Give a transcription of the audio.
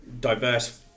diverse